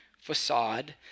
facade